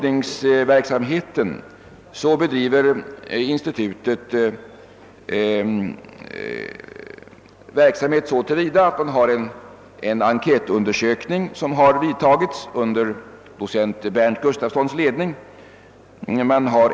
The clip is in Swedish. Institutet bedriver forskningsverksamhet så till vida som man har en enkätundersökning som «utförts under docent Berndt Gustafssons ledning.